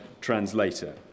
translator